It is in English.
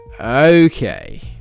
Okay